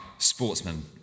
Sportsman